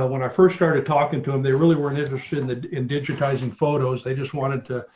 when i first started talking to them. they really weren't interested in the in digitizing photos. they just wanted to